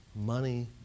money